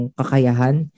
kakayahan